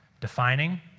Defining